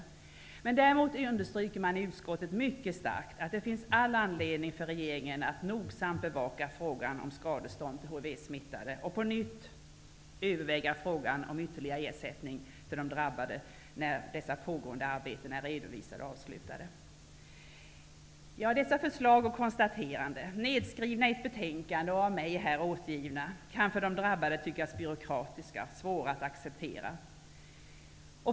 Däremot understryker man i utskottet mycket starkt att det finns all anledning för regeringen att nogsamt bevaka frågan om skadestånd till hivsmittade och på nytt överväga frågan om ytterligare ersättning till de drabbade, när de pågående arbetena har avslutats och redovisats. Dessa förslag och konstateranden, nedskrivna i ett betänkande och av mig här återgivna, kan för de drabbade tyckas byråkratiska och svåra att acceptera.